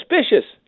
suspicious